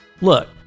look